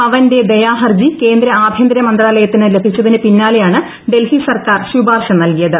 പവന്റെ ദയാഹർജി കേന്ദ്ര ആഭൃന്തര മന്ത്രാലയത്തിന് ലഭിച്ചതിന് പിന്നാലെയാണ് ഡൽഹി സർക്കാർ ശൂപാർശ നൽകിയത്